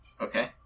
Okay